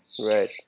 Right